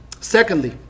Secondly